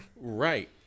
Right